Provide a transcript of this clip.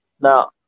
Now